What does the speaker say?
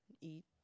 eat